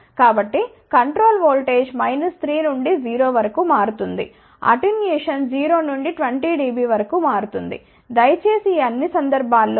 కాబట్టి control voltage 3 నుండి 0 వరకు మారుతుంది అటెన్యూయేషన్ 0 నుండి 20 dB వరకు మారుతుంది దయచేసి ఈ అన్ని సందర్భాల్లో 3